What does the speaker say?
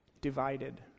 divided